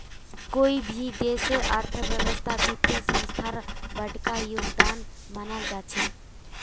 कोई भी देशेर अर्थव्यवस्थात वित्तीय संस्थार बडका योगदान मानाल जा छेक